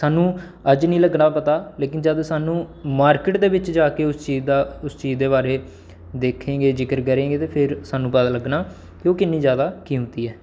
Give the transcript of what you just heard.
सानूं अज्ज निं लग्गना पता लेकिन जदूं सानूं मार्किट दे बिच जा के उस चीज़ दा उस चीज़ दे बारे देखेंगे जिक्र करेंगे ते फिर सानूं पता लग्गना की ओह् कि'न्नी जादा कीमती ऐ